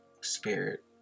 spirit